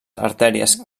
artèries